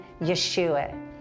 Yeshua